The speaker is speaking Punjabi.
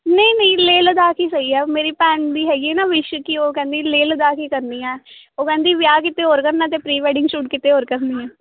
ਨਹੀਂ ਨਹੀਂ ਲੇਹ ਲੱਦਾਖ ਹੀ ਸਹੀ ਆ ਮੇਰੀ ਭੈਣ ਦੀ ਹੈਗੀ ਨਾ ਵਿਸ਼ ਕਿ ਉਹ ਕਹਿੰਦੀ ਲੇਹ ਲੱਦਾਖ ਹੀ ਕਰਨੀ ਹੈ ਉਹ ਕਹਿੰਦੀ ਵਿਆਹ ਕਿਤੇ ਹੋਰ ਕਰਨਾ ਅਤੇ ਪ੍ਰੀ ਵੈਡਿੰਗ ਸ਼ੂਟ ਕਿਤੇ ਹੋਰ ਕਰਨੀ ਆ